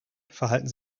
verhalten